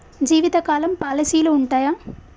జీవితకాలం పాలసీలు ఉంటయా?